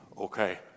Okay